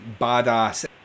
badass